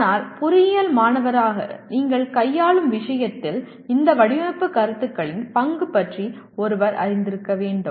ஆனால் பொறியியல் மாணவராக நீங்கள் கையாளும் விஷயத்தில் இந்த வடிவமைப்பு கருத்துகளின் பங்கு பற்றி ஒருவர் அறிந்திருக்க வேண்டும்